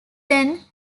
then